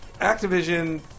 Activision